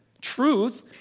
truth